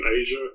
Asia